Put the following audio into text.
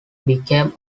became